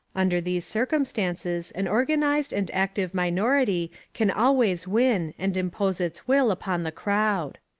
under these circumstances an organised and active minority can always win and impose its will upon the crowd.